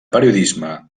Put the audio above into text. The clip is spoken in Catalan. periodisme